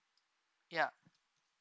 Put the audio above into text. ya